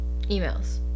Emails